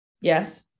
yes